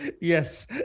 Yes